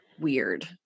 weird